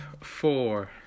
four